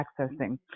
accessing